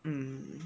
mm